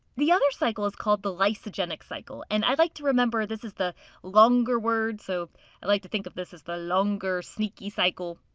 the other cycle is called the lysogenic cycle, and i like to remember this is the longer word so i like to think of this as the longer, sneaky cycle.